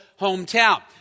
hometown